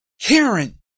Karen